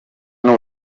n’u